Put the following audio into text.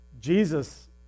Jesus